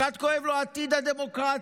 אחד כואב לו עתיד הדמוקרטיה.